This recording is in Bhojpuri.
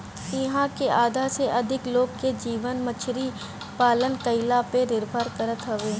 इहां के आधा से अधिका लोग के जीवन मछरी पालन कईला पे निर्भर करत हवे